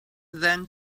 then